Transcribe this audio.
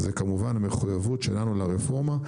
זו כמובן מחויבות שלנו לרפורמה,